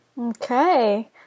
Okay